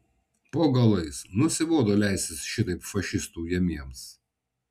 po galais nusibodo leistis šitaip fašistų ujamiems